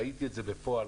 ראיתי את זה בפועל,